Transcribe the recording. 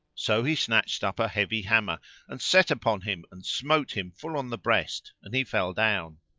so he snatched up a heavy hammer and set upon him and smote him full on the breast and he fell down.